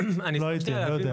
אני לא הייתי, אני לא יודע.